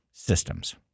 Systems